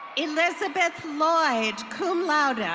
elizabeth lloyd, cum laude yeah